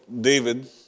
David